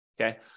Okay